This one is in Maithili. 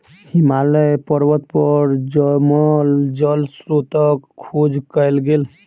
हिमालय पर्वत पर जमल जल स्त्रोतक खोज कयल गेल